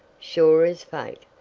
sure as fate,